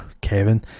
Kevin